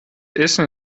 essen